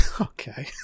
Okay